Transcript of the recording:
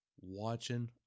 watching